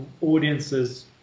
audiences